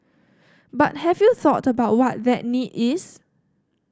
but have you thought about what that need is